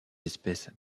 espèces